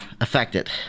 affected